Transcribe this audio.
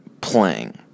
playing